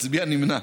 תצביע נמנע.